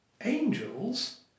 Angels